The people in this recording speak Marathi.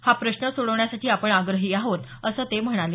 हा प्रश्न सोडवण्यासाठी आपण आग्रही आहोत असं ते म्हणाले